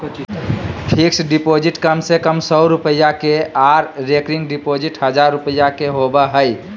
fixed deposit कम से कम सौ रुपया के आर रेकरिंग डिपॉजिट हजार रुपया के होबय हय